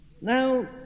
Now